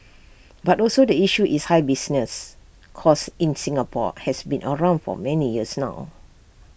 but also the issue is high business costs in Singapore has been around for many years now